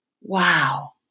wow